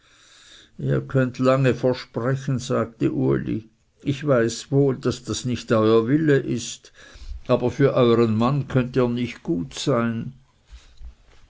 ihr könnet lang versprechen sagte uli ich weiß wohl daß das nicht euer wille ist aber für euren mann könnt ihr nicht gut sein